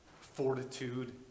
fortitude